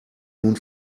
nun